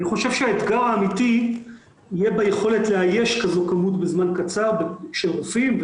אני חושב שהאתגר האמיתי יהיה ביכולת לאייש כזו כמות בזמן קצר של רופאים,